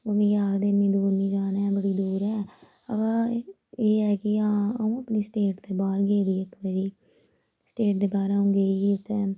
ओह् मी आखदे इन्नी दूर नेईं जाना बड़ी दूर ऐ एह् ऐ कि हा अ'ऊं अपनी स्टेट दे बाह्र गेदी इक बारी स्टेट दे बाह्र अ'ऊं गेई ही उत्थें